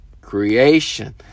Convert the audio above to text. creation